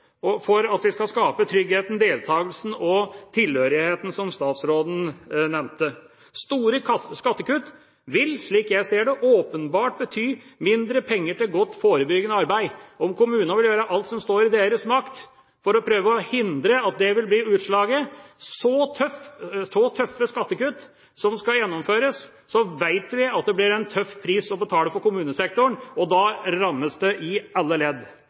for å kunne skape trygghet, deltakelse og tilhørighet, som statsråden nevnte. Store skattekutt vil, slik jeg ser det, åpenbart bety mindre penger til godt forebyggende arbeid. Kommunene vil gjøre alt som står i deres makt for å prøve å hindre at det blir utslaget, men med så tøffe skattekutt som skal gjennomføres, vet vi at det blir en tøff pris å betale for kommunesektoren. Da rammes alle ledd. Med dette bakteppet lar jeg meg ikke imponere nevneverdig av høyrepartienes ekstra påplussinger. Dessuten er det